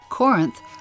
Corinth